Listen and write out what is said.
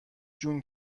جون